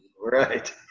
Right